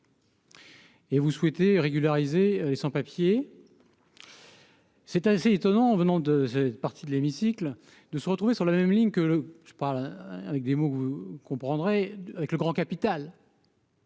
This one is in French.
Et vous souhaitez régulariser les sans-papiers. C'est assez étonnant venant de ce parti de l'hémicycle, de se retrouver sur la même ligne que le je parle avec des mots, vous comprendrez avec le grand capital.